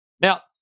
Now